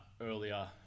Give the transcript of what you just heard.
earlier